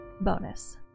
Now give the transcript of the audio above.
Bonus